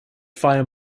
fire